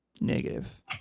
negative